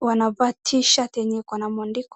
wanavaa t shirt yenye iko na mwandiko.